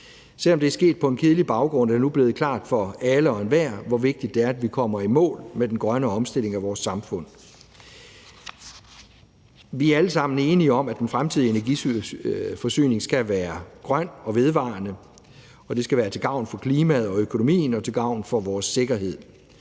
Selv om det er sket på en kedelig baggrund, er det nu blevet klart for alle og enhver, hvor vigtigt det er, at vi kommer i mål med den grønne omstilling af vores samfund. Vi er alle sammen enige om, at den fremtidige energiforsyning skal være grøn og vedvarende, og det skal være til gavn for klimaet og økonomien og til gavn for vores sikkerhed.